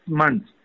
months